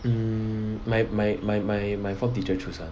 mm my my my my my form teacher choose one